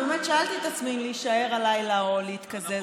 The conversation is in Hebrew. באמת שאלתי את עצמי אם להישאר הלילה או להתקזז.